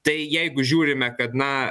tai jeigu žiūrime kad na